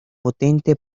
potente